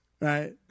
Right